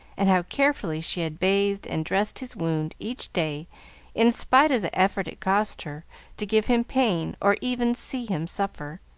and how carefully she had bathed and dressed his wound each day in spite of the effort it cost her to give him pain or even see him suffer.